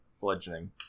bludgeoning